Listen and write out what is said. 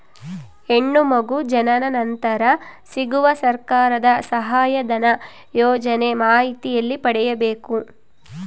ಹೆಣ್ಣು ಮಗು ಜನನ ನಂತರ ಸಿಗುವ ಸರ್ಕಾರದ ಸಹಾಯಧನ ಯೋಜನೆ ಮಾಹಿತಿ ಎಲ್ಲಿ ಪಡೆಯಬೇಕು?